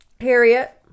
Harriet